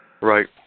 Right